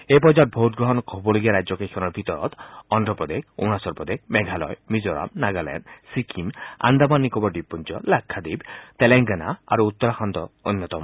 এই পৰ্যায়ত ভোট গ্ৰহণ হ'বলগীয়া ৰাজ্যকেইখনৰ ভিতৰত আন্ধপ্ৰদেশ অৰুণাচল প্ৰদেশ মেঘালয় মিজোৰাম নাগালেণ্ড চিক্কিম আন্দামান নিকোবৰ দ্বীপপুঞ্জ লাক্ষাদ্বীপ তেলেংগানা আৰু উত্তৰাখণ্ড অন্যতম